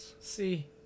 See